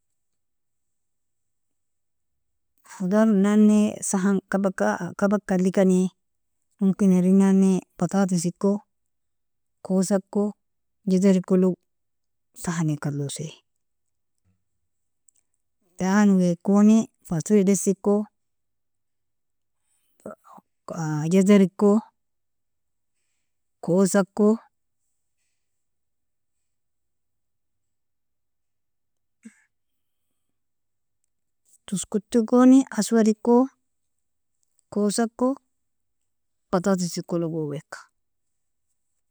Khodar inani sahan kabaka adlikani momkin irennani batatisek, o kosako, jazarikolog sahanika adlosi tani wakoni fasolia daisiko jazariko, kosako toskotigoni aswadiko, kosako, batatisekolog weka.